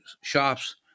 shops